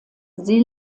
sie